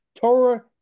Torah